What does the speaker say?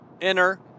enter